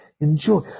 enjoy